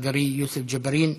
לחברי יוסף ג'בארין.